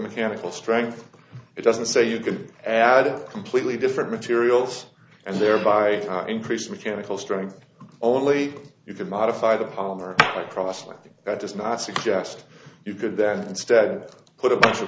mechanical strength it doesn't say you can add a completely different materials and thereby increase mechanical strength only you can modify the polymer crossly that does not suggest you could then instead put a bunch of